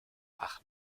ach